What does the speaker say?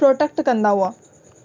protect कंदा हुआ